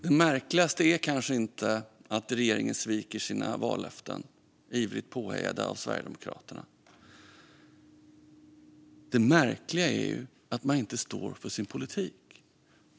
Det märkligaste är inte att regeringen sviker sina vallöften, ivrigt påhejad av Sverigedemokraterna. Det märkligaste är att man inte står för sin politik.